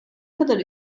kadar